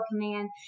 command